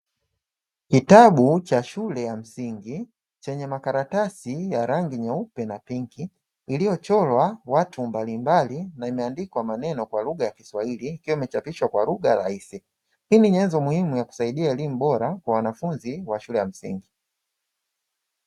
KItabu cha shule ya msingi chenye makaratasi ya rangi nyeupe na pinki iliyochorwa watu mbalimbali na imeandikwa maneno kwa lugha ya kiswahili, ikiwa imeshapishwa kwa lugha rahisi. Hii ni nyenzo muhimu ya kusaidia elimu bora kwa wanafunzi wa shule ya msingi.